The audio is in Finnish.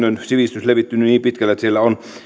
on levittynyt niin pitkälle että siellä niissäkin mökeissä on